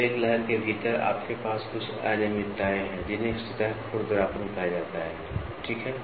तो एक लहर के भीतर आपके पास कुछ अनियमितताएं हैं जिन्हें सतह खुरदरापन कहा जाता है ठीक है